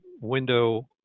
window